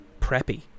preppy